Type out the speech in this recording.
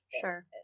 sure